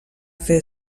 fer